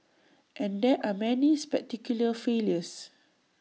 and there are many spectacular failures